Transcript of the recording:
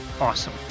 awesome